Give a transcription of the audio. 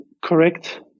correct